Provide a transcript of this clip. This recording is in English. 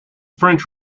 french